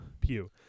Pew